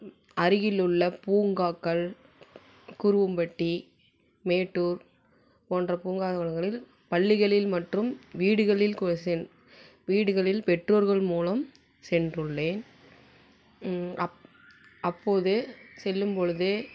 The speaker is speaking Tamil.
அருகில் உள்ள பூங்காக்கள் குருவம்பட்டி மேட்டூர் போன்ற பூங்கா பள்ளிகளில் மற்றும் வீடுகளில் கூட சென் வீடுகளில் பெற்றோர்கள் மூலம் சென்றுள்ளேன் அப் அப்போது செல்லும் பொழுது